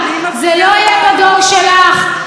זה לא יהיה בדור שלך,